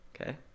Okay